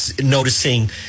noticing